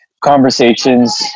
conversations